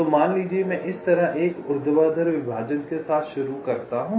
तो मान लीजिए कि मैं इस तरह एक ऊर्ध्वाधर विभाजन के साथ शुरू करता हूं